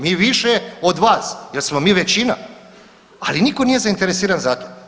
Mi više od vas, jer smo mi većina, ali nitko nije zainteresiran za to.